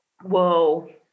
Whoa